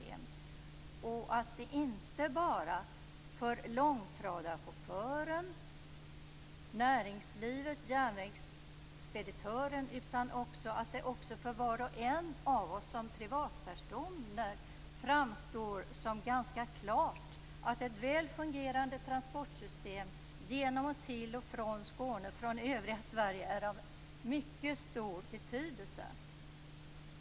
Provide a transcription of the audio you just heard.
Det framstår som ganska klart, inte bara för långtradarchauffören, näringslivet och järnvägsspeditören utan också för var och en av oss som privatpersoner, att ett väl fungerande transportsystem genom, till och från Skåne från övriga Sverige är av mycket stor betydelse.